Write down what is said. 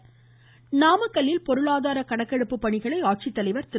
இருவரி நாமக்கல்லில் பொருளாதார கணக்கெடுப்பு பணிகளை ஆட்சித்தலைவர் திரு